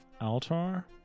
altar